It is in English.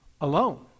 alone